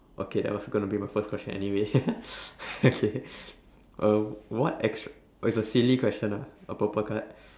okay that was gonna be my first question anyway okay uh what extr~ is a silly question ah a purple card